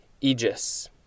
Aegis